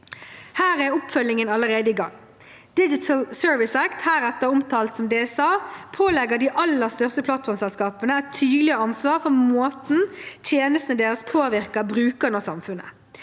Her er oppfølgingen allerede i gang. Digital Services Act, heretter omtalt som DSA, pålegger de aller største plattformselskapene et tydeligere ansvar for måten tjenestene deres påvirker brukerne og samfunnet